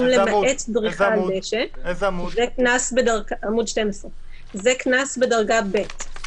"למעט דריכה על הדשא וקנס בדרגה ב'".